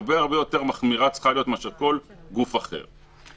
להיות הרבה יותר מחמירה מאשר כל גוף אחר.